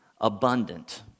Abundant